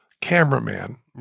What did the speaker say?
cameraman